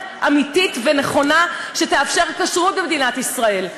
אמיתית ונכונה שתאפשר כשרות במדינת ישראל.